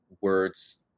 words